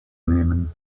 nehmen